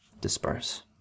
disperse